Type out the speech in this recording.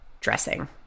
dressing